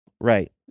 Right